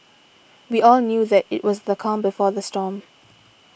we all knew that it was the calm before the storm